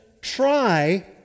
try